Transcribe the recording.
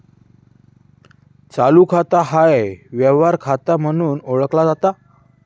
चालू खाता ह्या व्यवहार खाता म्हणून ओळखला जाता